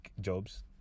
Jobs